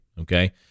okay